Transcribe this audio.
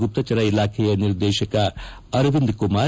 ಗುಪ್ತಚರ ಇಲಾಖೆಯ ನಿರ್ದೇಶಕ ಅರವಿಂದ ಕುಮಾರ್